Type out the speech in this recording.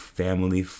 family